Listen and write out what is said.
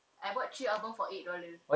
I bought three album for eight dollar